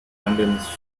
condoms